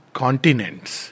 continents